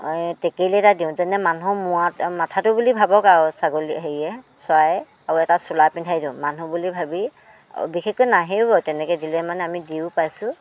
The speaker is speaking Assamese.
টেকেলি এটা দিওঁ যেনে মানুহৰ মূৰাটো মাথাটো বুলি ভাবক আৰু ছাগলীয়ে হেৰিয়ে চৰায়ে আৰু এটা চোলা পিন্ধাই দিওঁ মানুহ বুলি ভাবি বিশেষকৈ নাহেও তেনেকৈ দিলে মানে আমি দিও পাইছোঁ